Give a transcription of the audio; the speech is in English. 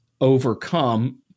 overcome